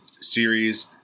series